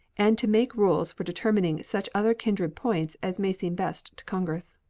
and to make rules for determining such other kindred points as may seem best to congress.